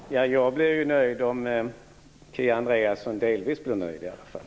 Herr talman! Jag blir ju nöjd om Kia Andreasson delvis blir nöjd i alla fall.